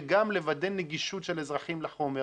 וגם לוודא נגישות של אזרחים לחומר,